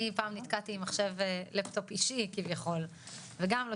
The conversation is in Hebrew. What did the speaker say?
אני פעם נתקעתי עם לפטופ אישי כביכול וגם לא